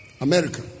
America